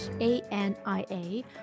A-N-I-A